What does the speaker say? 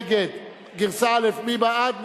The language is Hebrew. גרסה א' מי בעד?